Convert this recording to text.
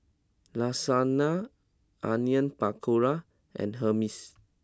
Lasagna Onion Pakora and Hummus